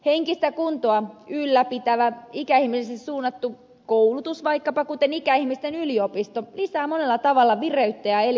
henkistä kuntoa ylläpitävä ikäihmisille suunnattu koulutus vaikkapa ikäihmisten yliopisto lisää monella tavalla vireyttä ja elinvoimaa